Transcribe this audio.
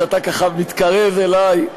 שאתה ככה מתקרב אלי,